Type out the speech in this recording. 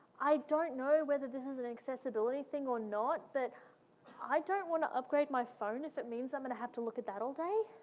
i don't know whether this is an accessibility thing or not, but i don't want to upgrade my phone if it means i'm gonna have to look at that all day.